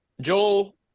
Joel